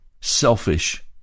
selfish